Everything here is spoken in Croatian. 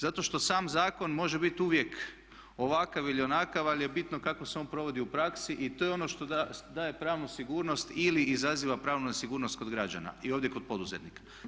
Zato što sam zakon može biti uvijek ovakav ili onakav ali je bitno kako se on provodi u praksi i to je ono što daje pravnu sigurnost ili izaziva pravnu nesigurnost kod građana i ovdje kod poduzetnika.